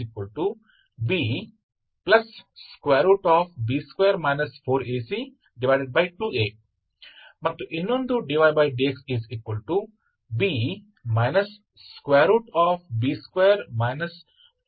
ಮೊದಲು dydxBB2 4AC2A ಮತ್ತು ಇನ್ನೊಂದು dydxB B2 4AC2A ಅನ್ನು ಪರಿಗಣಿಸಿದ್ದೀರಿ